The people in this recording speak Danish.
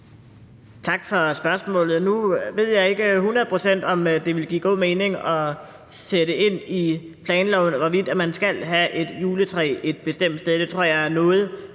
Tak for spørgsmålet. Nu ved jeg ikke hundrede procent, om det ville give god mening at sætte ind i planloven, hvorvidt man skal have et juletræ et bestemt sted. Det tror jeg er noget